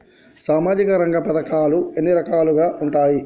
సామాజిక రంగ పథకాలు ఎన్ని రకాలుగా ఉంటాయి?